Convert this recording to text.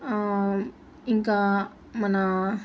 ఇంకా మన